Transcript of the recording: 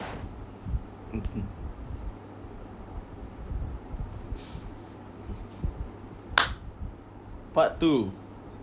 part two